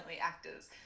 actors